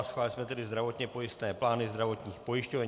Schválili jsme tedy zdravotně pojistné plány zdravotních pojišťoven.